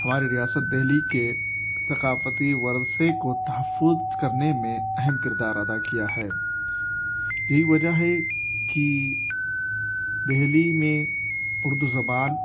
ہماری ریاست دہلی کے ثقافتی ورثے کو تحفظ کرنے میں اہم کردار ادا کیا ہے یہی وجہ ہے کہ دہلی میں اردو زبان